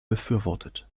befürwortet